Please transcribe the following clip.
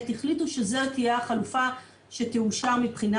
עת החליטו שזו תהיה החלופה שתאושר מבחינה